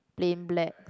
plain black